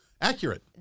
accurate